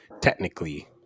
technically